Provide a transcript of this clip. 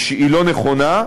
היא לא נכונה,